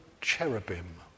cherubim